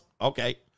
Okay